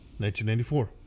1994